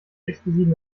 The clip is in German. explosiven